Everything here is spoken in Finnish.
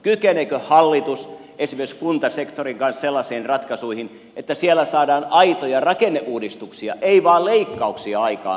kykeneekö hallitus esimerkiksi kuntasektorin kanssa sellaisiin ratkaisuihin että siellä saadaan aitoja rakenneuudistuksia ei vain leikkauksia aikaan niin kuin te nyt olette tehneet